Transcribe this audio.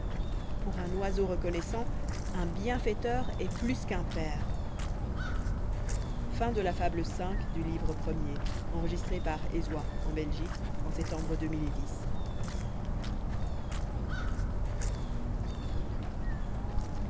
pour un oiseau reconnoissant un bienfaiteur est pius qu'un père